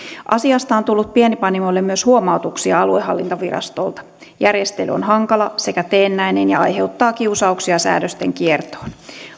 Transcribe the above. asiasta on tullut pienpanimoille myös huomautuksia aluehallintovirastolta järjestely on hankala sekä teennäinen ja aiheuttaa kiusauksia säädösten kiertoon